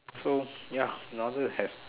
so ya in order to have